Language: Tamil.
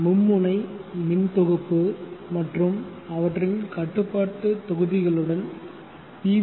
மும்முனை மின் தொகுப்பு மற்றும் அவற்றின் கட்டுப்பாட்டு தொகுதிகளுடன் பி